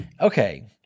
Okay